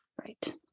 Right